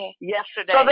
Yesterday